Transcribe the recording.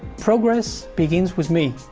progress begins with me.